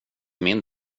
min